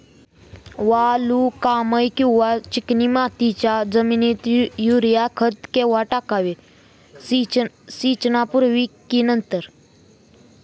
वालुकामय किंवा चिकणमातीच्या जमिनीत युरिया खत केव्हा टाकावे, सिंचनापूर्वी की नंतर?